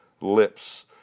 lips